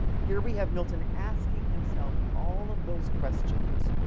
here we have milton asking himself all of those questions,